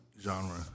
genre